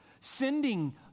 Sending